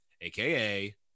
aka